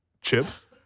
chips